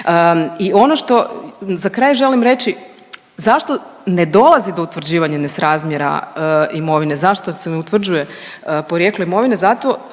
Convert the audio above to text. I ono što za kraj želim reći zašto ne dolazi do utvrđivanja nesrazmjera imovine, zašto se ne utvrđuje porijeklo imovine.